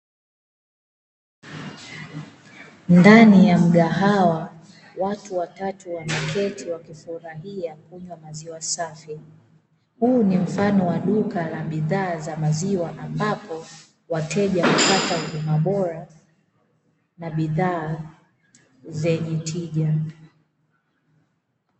Ndani ya mgahawa watu watatu wameketi wakifurahia kunywa maziwa safi. Huu ni mfano wa duka la bidhaa za maziwa, ambapo wateja hupata huduma bora na bidhaa zenye tija.